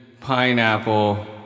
pineapple